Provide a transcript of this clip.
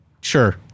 Sure